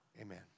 Amen